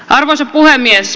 arvoisa puhemies